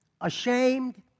ashamed